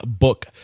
book